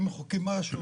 אם מחוקקים משהו,